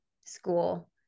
school